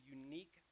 unique